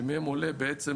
שמהם עולה בעצם